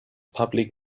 public